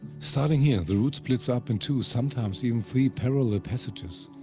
starting here, the route splits up in two, sometimes even three, parallel passages.